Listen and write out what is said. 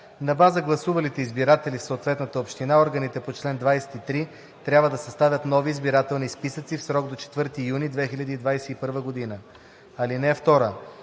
На база гласувалите избиратели в съответната община, органите по чл. 23 трябва да съставят нови избирателни списъци в срок до 4 юни 2021 г. (2)